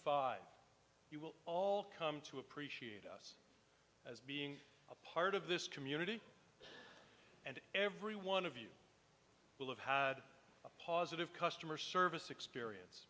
five you will all come to appreciate us as being a part of this community and every one of you will have had a positive customer service experience